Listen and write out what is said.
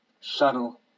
shuttle